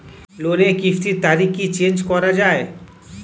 লোনের কিস্তির তারিখ কি চেঞ্জ করা যায়?